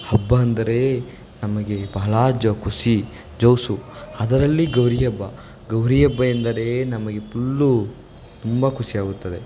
ಹಬ್ಬ ಅಂದರೇ ನಮಗೆ ಬಹಳಾ ಜೋ ಖುಷಿ ಜೋಶು ಅದರಲ್ಲಿ ಗೌರಿ ಹಬ್ಬ ಗೌರಿ ಹಬ್ಬ ಎಂದರೇ ನಮಗೆ ಪುಲ್ಲು ತುಂಬ ಕುಷಿಯಾಗುತ್ತದೆ